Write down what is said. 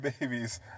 babies